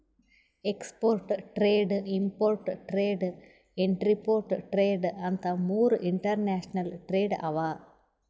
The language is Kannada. export trade, import trade, entrepot trade ಅಂತ್ ಮೂರ್ ಇಂಟರ್ನ್ಯಾಷನಲ್ ಟ್ರೇಡ್ ಅವಾ